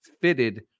fitted